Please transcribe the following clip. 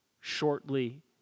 shortly